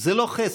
זה לא חסד,